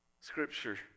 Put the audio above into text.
Scripture